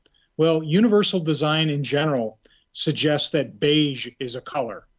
well universal design in general suggest that beige is a colour.